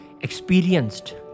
experienced